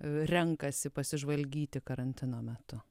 renkasi pasižvalgyti karantino metu